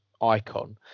icon